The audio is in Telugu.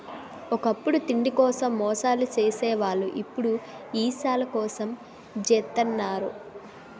ఒకప్పుడు తిండి కోసం మోసాలు సేసే వాళ్ళు ఇప్పుడు యిలాసాల కోసం జెత్తన్నారు